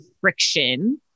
friction